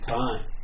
time